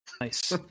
Nice